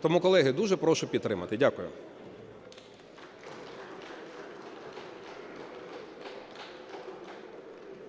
Тому, колеги, дуже прошу підтримати. Дякую. ГОЛОВУЮЧИЙ.